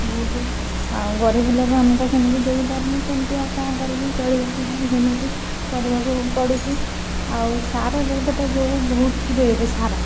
ବହୁତ ଆଉ ଗରିବ ଲୋକ ଆମେ ତ ସେମିତି ଦେଇପାରୁନୁ ସେମତି ଆଉ କ'ଣ କରିବୁ ଚଳିବାକୁ ହେଲେ ସେମିତି କରିବାକୁ ପଡ଼ୁଛି ଆଉ ସାର ରେଟ ତ ଯେଉଁ ଭଉତୁ ରେଟ ସାର